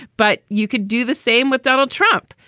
but you could do the same with donald trump.